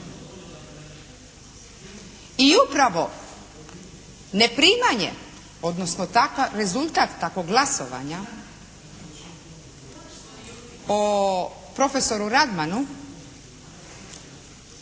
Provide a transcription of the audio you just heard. I upravo neprimanje, odnosno takav rezultat takvog glasovanja o profesoru Radmanu,